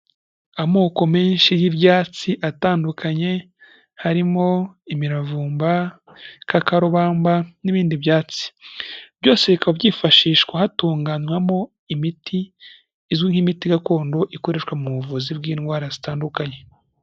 Amoko menshi y'ibyatsi atandukanye harimo imiravumba, igikakarubamba n'ibindi byatsi. Byose bikaba byifashishwa hatunganywamo imiti izwi nk'imiti gakondo ikoreshwa mu buvuzi bw'indwara zitandukanye.